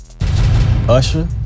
Usher